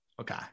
Okay